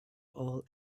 all